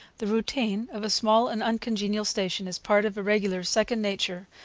the routine of a small and uncongenial station is part of a regular's second nature,